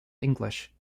english